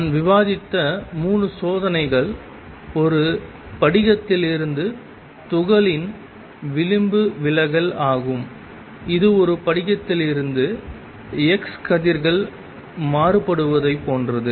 நான் விவாதித்த 3 சோதனைகள் ஒரு படிகத்திலிருந்து துகள்களின் விளிம்பு விலகல் ஆகும் இது ஒரு படிகத்திலிருந்து எக்ஸ் கதிர்கள் மாறுபடுவதைப் போன்றது